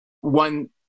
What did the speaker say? one